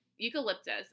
Eucalyptus